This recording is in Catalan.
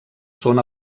són